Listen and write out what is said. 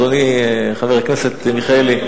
אדוני חבר הכנסת מיכאלי?